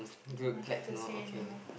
nothing to say anymore